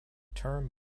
term